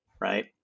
right